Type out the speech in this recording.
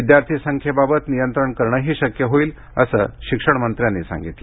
विद्यार्थी संख्येबाबत नियंत्रण करणंही शक्य होईल असं शिक्षण मंत्री म्हणाल्या